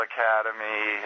Academy